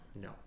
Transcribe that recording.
No